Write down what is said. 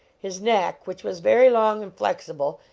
his neck, which was very long and flexible,